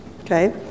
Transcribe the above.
Okay